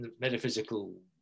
metaphysical